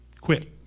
Quit